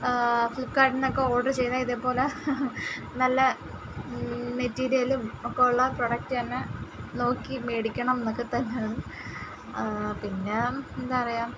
ഫ്ലിപ്പ്കാർട്ടിൽ നിന്നൊക്കെ ഓർഡർ ചെയ്താൽ ഇതേപോലെ നല്ല മെറ്റീരിയലും ഒക്കെ ഉള്ള പ്രോഡക്റ്റ് തന്നെ നോക്കി മേടിക്കണം എന്നൊക്കെ തന്നെയാണ് പിന്നെ എന്താണ് പറയുക